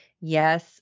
Yes